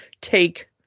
take